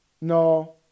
No